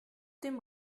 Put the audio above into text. dem